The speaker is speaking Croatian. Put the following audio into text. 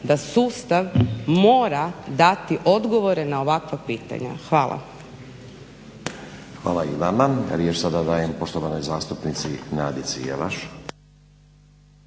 da sustav mora dati odgovore na ovakva pitanja. Hvala. **Stazić, Nenad (SDP)** Hvala i vama. Riječ sada dajem poštovanoj zastupnici Nadici Jesaš.